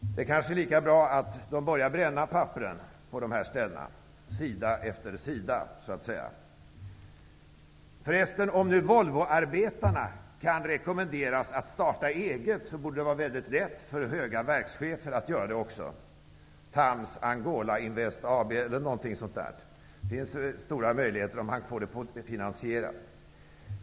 Det är kanske lika bra att man börjar bränna pappren på de här ställena, sida efter sida, så att säga. Förresten: Om nu Volvoarbetarna kan rekommenderas starta eget, borde det också vara mycket lätt för höga verkschefer att göra det -- ''Thams Angola Invest AB'' eller något sådant. Det finns stora möjligheter till detta, om han får det finansierat.